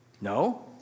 No